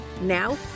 Now